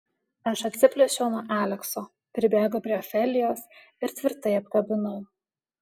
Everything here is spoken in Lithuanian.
aš atsiplėšiau nuo alekso pribėgau prie ofelijos ir tvirtai apkabinau